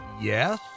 Yes